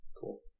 Cool